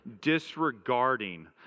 disregarding